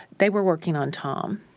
they were working on tom.